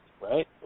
right